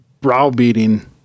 browbeating